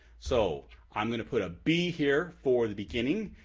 so i'm gonna put a b here for the beginning.